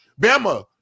Bama